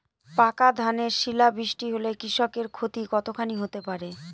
পাকা ধানে শিলা বৃষ্টি হলে কৃষকের ক্ষতি কতখানি হতে পারে?